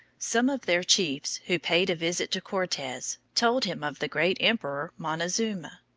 some of their chiefs, who paid a visit to cortes, told him of the great emperor montezuma,